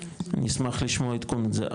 נשמח לשמוע עדכון על זה,